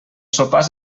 sopars